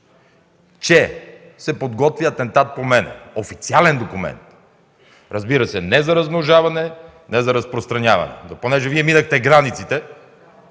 че се подготвя атентат по мен. Официален документ – разбира се, не за размножаване, не за разпространяване. Но понеже Вие минахте границата,